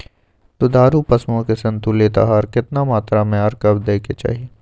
दुधारू पशुओं के संतुलित आहार केतना मात्रा में आर कब दैय के चाही?